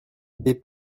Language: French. des